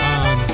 on